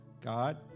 God